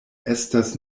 estas